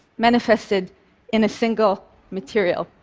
manifested in a single material.